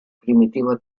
primitivo